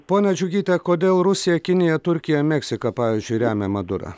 ponia džiugyte kodėl rusija kinija turkija meksika pavyzdžiui remia madurą